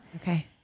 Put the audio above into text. Okay